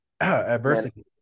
adversity